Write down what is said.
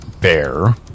Bear